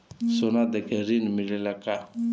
सोना देके ऋण मिलेला का?